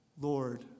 Lord